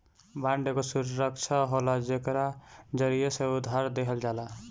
bond एगो सुरक्षा होला जेकरा जरिया से उधार देहल जाला